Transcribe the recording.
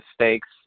mistakes